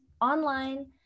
online